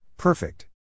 Perfect